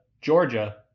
Georgia